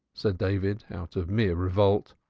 said david, out of mere revolt.